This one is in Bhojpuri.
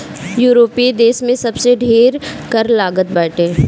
यूरोपीय देस में सबसे ढेर कर लागत बाटे